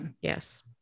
Yes